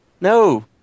No